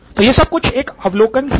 तो यह सब कुछ एक अवलोकन ही है